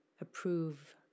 approve